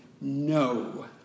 no